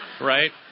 Right